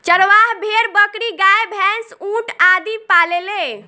चरवाह भेड़, बकरी, गाय, भैन्स, ऊंट आदि पालेले